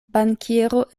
bankiero